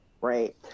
right